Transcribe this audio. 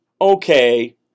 Okay